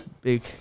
big